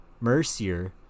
Mercier